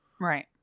right